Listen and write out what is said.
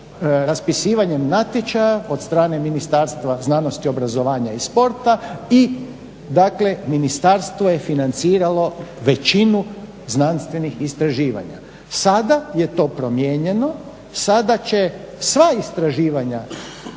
raspisivanjem natječaja od strane Ministarstva znanosti, obrazovanja i sporta i dakle, ministarstvo je financiralo većinu znanstvenih istraživanja. Sada je to promijenjeno, sada će sva istraživanja,